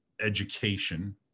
education